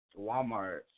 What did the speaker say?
Walmart